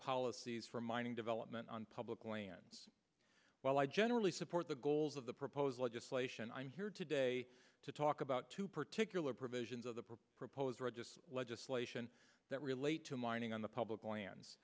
policies for mining development on public lands while i generally support the goals of the proposed legislation i'm here today to talk about two particular provisions of the proposed register legislation that relate to mining on the public lands